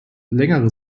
längere